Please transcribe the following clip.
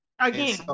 Again